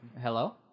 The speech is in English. Hello